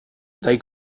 they